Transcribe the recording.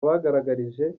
bagaragarije